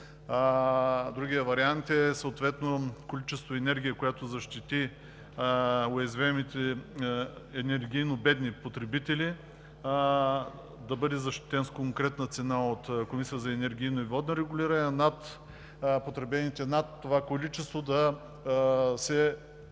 „Другият вариант е съответно количество енергия, която защити уязвимите енергийно бедни потребители, да бъде защитена с конкретна цена от Комисията за енергийно и водно регулиране, а потребената над това количество да се